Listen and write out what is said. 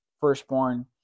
firstborn